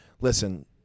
listen